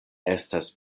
estas